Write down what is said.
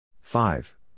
five